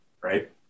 Right